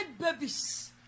babies